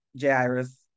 Jairus